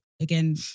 Again